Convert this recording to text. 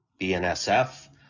BNSF